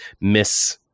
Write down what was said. miss